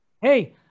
Hey